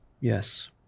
Yes